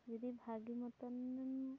ᱡᱩᱫᱤ ᱵᱷᱟᱜᱤ ᱢᱚᱛᱚᱱ